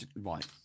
right